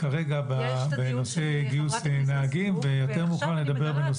יש את הדיון של חברת הכנסת סטרוק ועכשיו אני מגלה --- אנחנו